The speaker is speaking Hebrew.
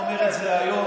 אני אומר את זה היום,